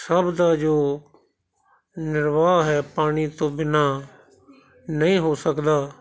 ਸਭ ਦਾ ਜੋ ਨਿਰਵਾਹ ਹੈ ਪਾਣੀ ਤੋਂ ਬਿਨ੍ਹਾਂ ਨਹੀਂ ਹੋ ਸਕਦਾ